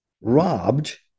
robbed